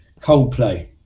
Coldplay